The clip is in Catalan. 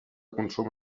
consum